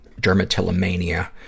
dermatillomania